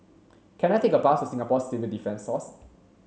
can I take a bus to Singapore Civil Defence Force